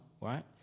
right